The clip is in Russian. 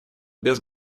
без